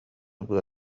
быа